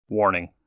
Warning